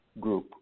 group